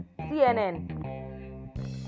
cnn